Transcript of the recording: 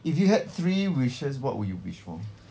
if you had three wishes what would you wish for